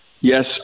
Yes